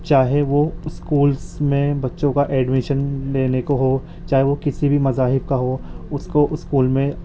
چاہے وہ اسکولس میں بچوں کا ایڈمیسن لینے کو ہو چاہے وہ کسی بھی مذاہب کا ہو اس کو اسکول میں